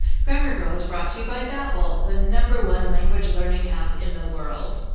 grammar girl is brought to you by babbel, the number one language learning app in the world.